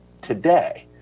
today